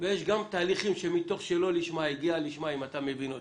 ויש גם תהליכים שמתוך שלא לשמה הגיע לשמה אם אתה מבין אותי,